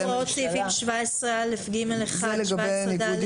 מה זה הוראות סעיפים 17א(ג1) ו-17(ד)?